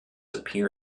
appear